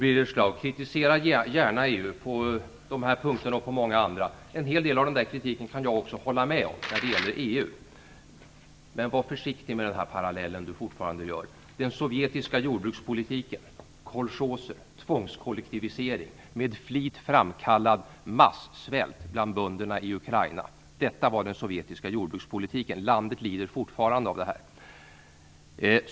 Fru talman! Kritisera gärna EU på den här punkten och även på många andra. En hel del av kritiken kan jag hålla med om. Men var försiktig med parallellen ni gör. Kolchoser, tvångskollektivisering, med flit framkallad massvält bland bönderna i Ukraina - detta var den sovjetiska jordbrukspolitiken. Landet lider fortfarande av det.